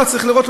צריך לראות,